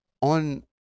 on